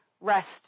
rest